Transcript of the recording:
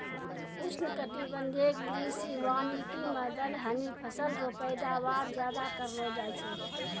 उष्णकटिबंधीय कृषि वानिकी मे दलहनी फसल रो पैदावार ज्यादा करलो जाय छै